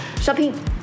Shopping